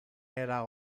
era